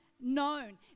Known